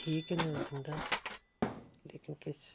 ठीक गै न्यूज दिंदा लेकिन किश